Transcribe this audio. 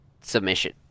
submission